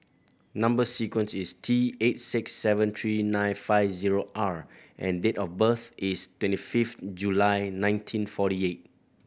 number sequence is T eight six seven three nine five zero R and date of birth is twenty fifth July nineteen forty eight